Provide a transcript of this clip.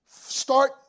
start